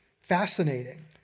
fascinating